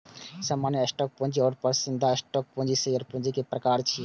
सामान्य स्टॉक पूंजी आ पसंदीदा स्टॉक पूंजी शेयर पूंजी के प्रकार छियै